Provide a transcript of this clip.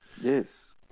Yes